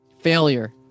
Failure